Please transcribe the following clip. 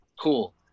cool